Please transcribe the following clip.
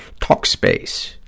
Talkspace